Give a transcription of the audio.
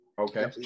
Okay